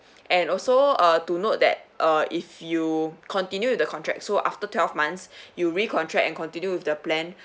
and also uh to note that uh if you continue the contract so after twelve months you re-contract and continue with the plan